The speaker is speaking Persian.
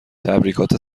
تبریکات